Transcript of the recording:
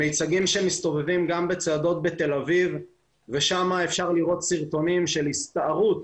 מיצגים שמסתובבים גם בצעדות בתל אביב ושם אפשר לראות סרטונים של הסתערות